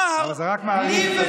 אבל זה רק מאריך את הזמן.